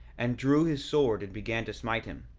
and drew his sword and began to smite him.